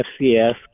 FCS